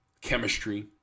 chemistry